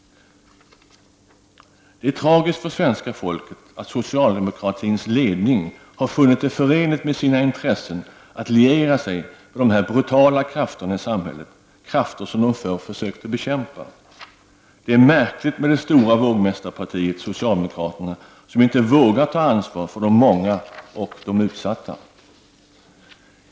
Det är tragiskt för svenska folket att socialdemokratins ledning har funnit det förenligt med sina intressen att liera sig med de brutala krafterna i samhället, krafter som socialdemokratin förr försökte bekämpa. Det är märkligt med det stora vågmästarpartiet socialdemokraterna, som inte vågar ta ansvar för de många och de utsatta.